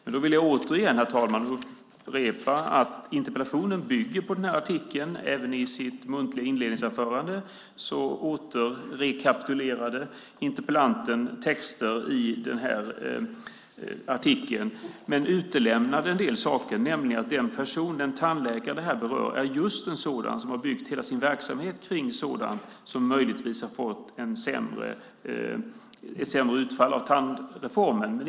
Men då vill jag återigen, herr talman, upprepa att interpellationen bygger på den här artikeln. Även i sitt muntliga inledningsanförande rekapitulerade interpellanten texter i artikeln men utelämnade en del saker, nämligen att den tandläkare som det här berör är just en sådan som har byggt hela sin verksamhet kring sådant som möjligtvis har fått ett sämre utfall av tandreformen.